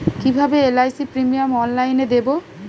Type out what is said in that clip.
কিভাবে LIC premium অনলাইনে দেবো?